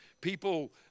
people